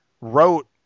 wrote